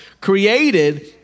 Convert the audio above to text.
created